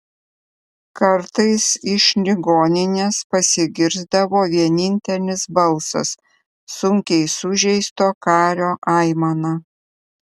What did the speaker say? kartais iš ligoninės pasigirsdavo vienintelis balsas sunkiai sužeisto kario aimana